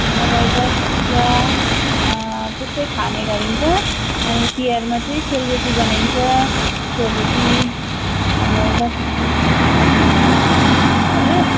नभए दही चिउरा त्यस्तै खाने गरिन्छ अनि तिहारमा चाहिँ सेलरोटी बनाइन्छ सेलरोटी अब दसैँको हजुर हजुर